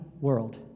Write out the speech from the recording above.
world